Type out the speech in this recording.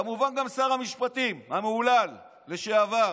כמובן גם שר המשפטים המהולל, לשעבר,